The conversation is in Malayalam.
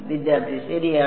വിദ്യാർത്ഥി ശരിയാണ്